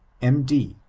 m d.